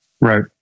Right